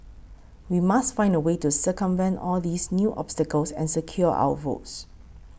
we must find a way to circumvent all these new obstacles and secure our votes